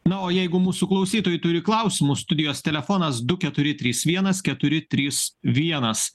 na o jeigu mūsų klausytojai turi klausimų studijos telefonas du keturi trys vienas keturi trys vienas